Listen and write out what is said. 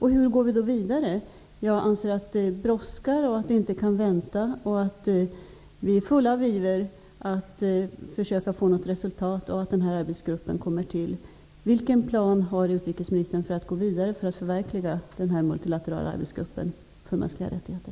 Hur går vi vidare? Jag anser att det brådskar och att det inte kan vänta. Vi är fulla av iver att försöka få något resultat och att den här arbetsgruppen kommer till. Vilken är utrikesministerns plan för att gå vidare för att förverkliga den multilaterala arbetsgruppen om mänskliga rättigheter?